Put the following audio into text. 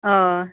हय